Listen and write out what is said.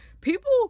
People